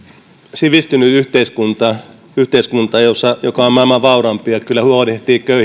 sivistynyt yhteiskunta yhteiskunta joka on maailman vauraimpia kyllä huolehtii